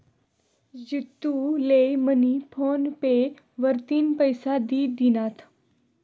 जितू ले मनी फोन पे वरतीन पैसा दि दिनात